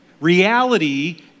Reality